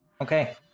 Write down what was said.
Okay